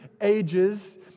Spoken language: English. ages